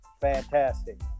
Fantastic